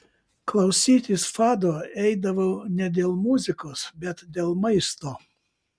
klausytis fado eidavau ne dėl muzikos bet dėl maisto